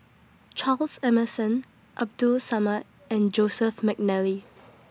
Charles Emmerson Abdul Samad and Joseph Mcnally